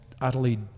utterly